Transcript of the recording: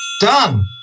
Done